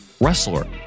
Wrestler